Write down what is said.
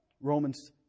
Romans